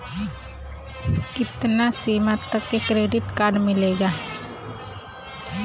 कितना सीमा तक के क्रेडिट कार्ड मिलेला?